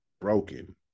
broken